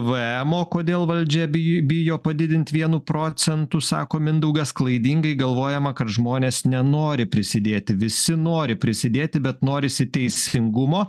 pvemo kodėl valdžia bi bijo padidint vienu procentu sako mindaugas klaidingai galvojama kad žmonės nenori prisidėti visi nori prisidėti bet norisi teisingumo